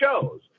shows